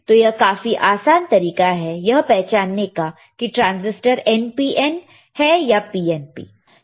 तो यह काफी आसान तरीका है यह पहचानने का की ट्रांजिस्टर NPN है या PNP है